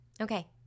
okay